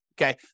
okay